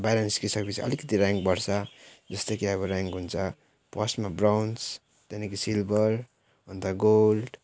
बाहिर निस्किसके पछि अलिकिति र्याङ्क बढ्छ जस्तै कि अब र्याङ्क हुन्छ फर्स्टमा ब्राोन्ज त्यहाँदेखि सिल्भर अन्त गोल्ड